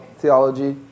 theology